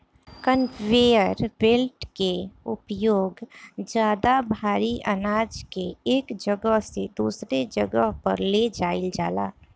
conveyor belt के उपयोग ज्यादा भारी आनाज के एक जगह से दूसरा जगह पर ले जाईल जाला